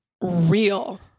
real